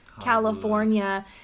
California